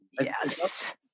Yes